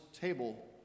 table